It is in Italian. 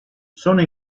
sono